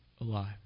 alive